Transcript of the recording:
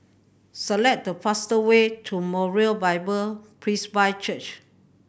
select the fastest way to Moriah Bible Presby Church